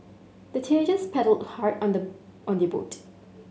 the teenagers paddled hard on the on their boat